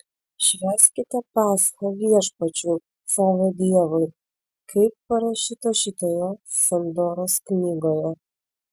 švęskite paschą viešpačiui savo dievui kaip parašyta šitoje sandoros knygoje